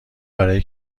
برای